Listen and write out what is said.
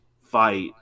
fight